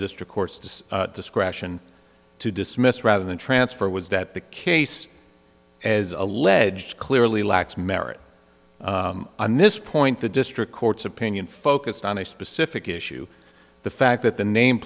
district courts discretion to dismiss rather than transfer was that the case as alleged clearly lacks merit on this point the district court's opinion focused on a specific issue the fact that the name